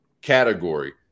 category